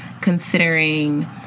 considering